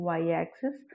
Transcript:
y-axis